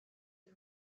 the